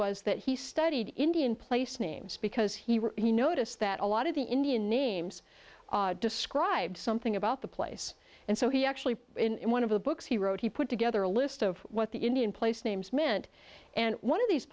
was that he studied indian place names because he noticed that a lot of the indian names describe something about the place and so he actually in one of the books he wrote he put together a list of what the indian place names meant and one of these